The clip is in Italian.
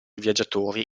viaggiatori